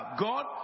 God